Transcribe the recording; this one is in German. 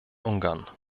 ungarn